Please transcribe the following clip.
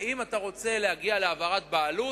ואם אתה רוצה להגיע להעברת בעלות,